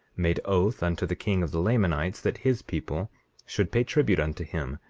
made oath unto the king of the lamanites that his people should pay tribute unto him,